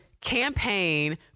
campaign